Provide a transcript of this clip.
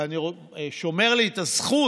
ואני שומר לי את הזכות